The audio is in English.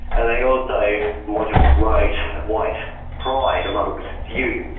and they also want to promote white white pride amongst youth.